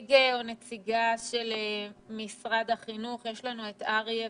נציג או נציגה של משרד החינוך יש את אריה ואינה.